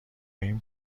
این